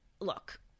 look